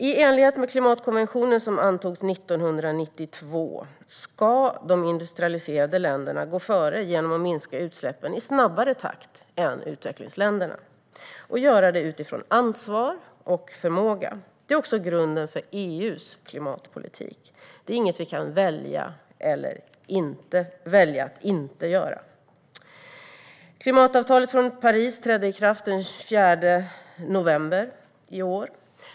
I enlighet med klimatkonventionen som antogs 1992 ska de industrialiserade länderna gå före genom att minska utsläppen i snabbare takt än utvecklingsländerna och göra det utifrån ansvar och förmåga. Det är också grunden för EU:s klimatpolitik. Det är inget vi kan välja att göra eller inte göra. Klimatavtalet från Paris trädde i kraft den 4 november i år.